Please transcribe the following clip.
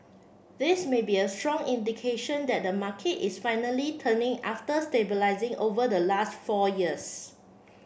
this may be a strong indication that the market is finally turning after stabilising over the last four years